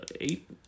eight